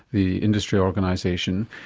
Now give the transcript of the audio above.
the industry organisation.